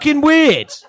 weird